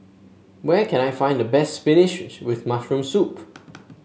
where can I find the best spinach with mushroom